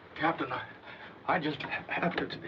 captain, i i just have to.